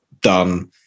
done